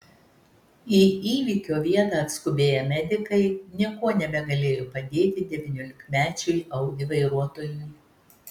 į įvykio vietą atskubėję medikai niekuo nebegalėjo padėti devyniolikmečiui audi vairuotojui